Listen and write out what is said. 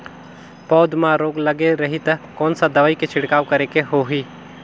पौध मां रोग लगे रही ता कोन सा दवाई के छिड़काव करेके होही?